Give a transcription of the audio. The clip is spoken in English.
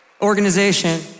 organization